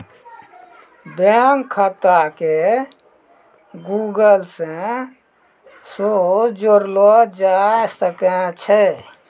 bank खाता के Google से सेहो जोड़लो जाय सकै छै